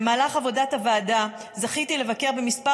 במהלך עבודת הוועדה זכיתי לבקר במספר